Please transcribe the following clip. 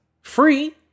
free